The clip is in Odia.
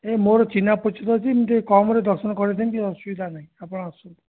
ଏ ମୋର ଚିହ୍ନା ପରିଚିତ ଅଛି ମୁଁ ଟିକିଏ କମ୍ ରେ ଦର୍ଶନ କରାଇଦେବି କିଛି ଅସୁବିଧା ନାହିଁ ଆପଣ ଆସନ୍ତୁ